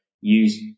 use